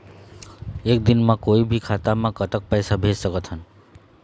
एक दिन म कोई भी खाता मा कतक पैसा भेज सकत हन?